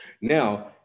Now